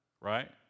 right